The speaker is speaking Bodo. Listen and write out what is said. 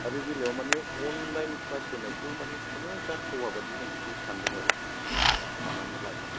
दा बे बेलायाव माने अनलाइन क्लास होनायखौ मानि खुनु जाथावा बादि जों बेखौ सानदों आरो साननानै लादों